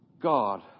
God